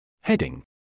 Heading